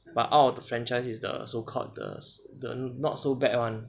but out of the franchise is the so called the the not so bad [one]